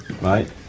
Right